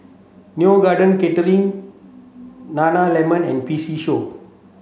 Neo Garden Catering Nana Lemon and P C Show